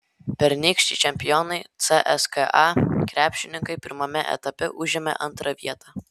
pernykščiai čempionai cska krepšininkai pirmame etape užėmė antrą vietą